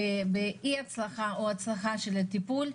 באי-הצלחה או בהצלחת הטיפול.